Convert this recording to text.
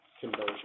conversion